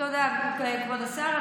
תודה, כבוד השר.